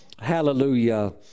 hallelujah